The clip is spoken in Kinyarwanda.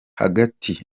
hagati